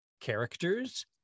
characters